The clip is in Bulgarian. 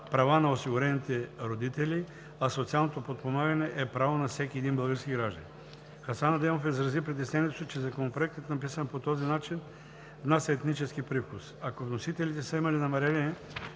права на осигурените родители, а социалното подпомагане е право на всеки един български гражданин. Хасан Адемов изрази притеснението си, че Законопроектът, написан по този начин, внася етнически привкус. Ако вносителите са имали намерение